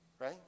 right